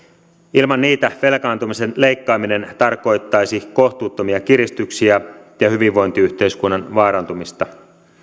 ilman niitä velkaantumisen leikkaaminen tarkoittaisi kohtuuttomia kiristyksiä ja hyvinvointiyhteiskunnan vaarantumista